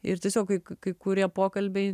ir tiesiog kai kai kurie pokalbiai